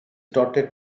dotted